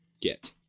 get